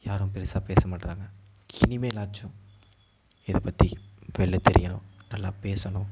யாரும் பெருசாக பேச மாட்றாங்க இனிமேலாச்சும் இதைப்பத்தி வெளியில் தெரியணும் நல்லா பேசணும்